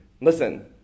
Listen